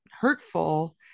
hurtful